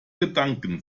gedanken